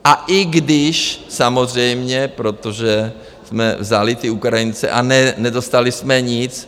A i když samozřejmě, protože jsme vzali ty Ukrajince a nedostali jsme nic.